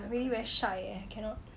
really very 晒 eh cannot